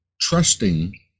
Trusting